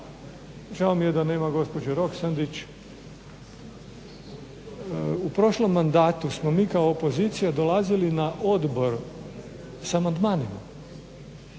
Žao mi je da nema gospođe Roksandić. U prošlom mandatu smo mi kako opozicija dolazili na odbor sa amandmanima